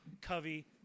Covey